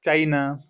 China